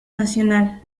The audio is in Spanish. nacional